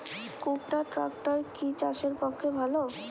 কুবটার ট্রাকটার কি চাষের পক্ষে ভালো?